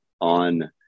on